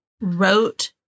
wrote